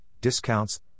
discounts